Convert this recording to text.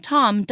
Tom